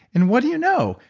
and what do you know?